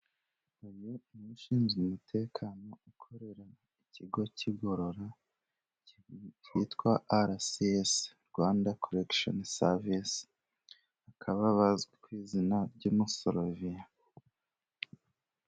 Uyu ushinzwe umutekano ukorera ikigo cy'igorora, cyitwa arasiyesi Rwanda kolekisheni savise akaba azwi ku izina ry'umusoloviye.